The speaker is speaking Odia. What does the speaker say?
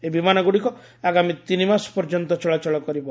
ଏହି ବିମାନଗ୍ରଡ଼ିକ ଆଗାମୀ ତିନି ମାସ ପର୍ଯ୍ୟନ୍ତ ଚଳାଚଳ କରିବ